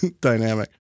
dynamic